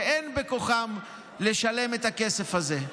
שאין בכוחם לשלם את הכסף הזה.